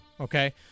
Okay